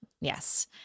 Yes